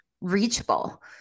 reachable